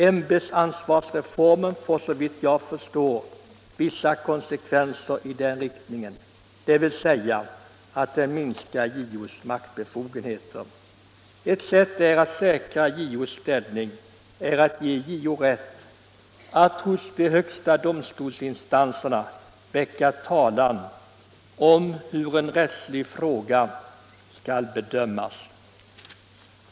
Ämbetsansvarsreformen har såvitt jag förstår vissa konsekvenser i den riktningen, dvs. den minskar JO:s maktbefogenheter. Ett sätt att säkra JO:s ställning är att ge JO rätt att hos de högsta domstolsinstanserna väcka talan om hur en rättslig fråga skall bedömas.